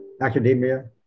academia